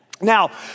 Now